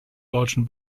deutschen